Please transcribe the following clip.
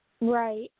Right